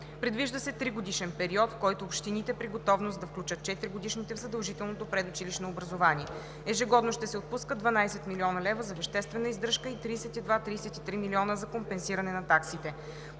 Предвижда се 3-годишен период, в който общините при готовност да включат 4-годишните в задължителното предучилищно образование. Ежегодно ще се отпускат 12 млн. лв. за веществена издръжка и 32-33 милиона за компенсиране на таксите.